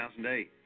2008